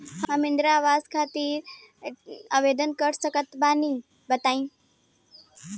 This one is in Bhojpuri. हम इंद्रा आवास खातिर आवेदन कर सकिला तनि बताई?